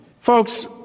Folks